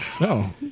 No